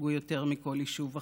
שספגו יותר מכל יישוב אחר.